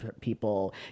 people